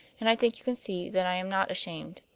and i think you can see that i am not ashamed.